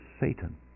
Satan